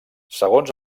segons